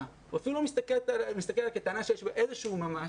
והוא אפילו לא מסתכל עליה כעל טענה שיש בה איזשהו ממש,